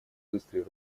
быстрый